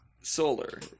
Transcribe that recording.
solar